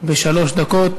בשלוש דקות